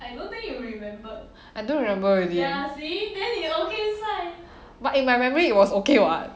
I don't remember already but in my memory it was okay [what]